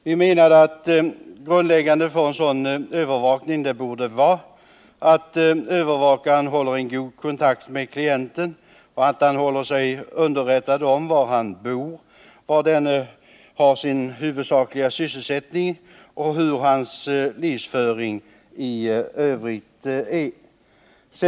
Vi menade att grundläggande för en sådan övervakning borde vara att övervakaren håller god kontakt med klienten, att han håller sig underrättad om var klienten bor, var han har sin huvudsakliga sysselsättning och hur hans livsföring i övrigt är.